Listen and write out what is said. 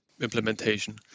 implementation